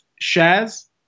shares